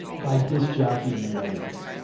by dis jocking weddings.